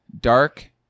Dark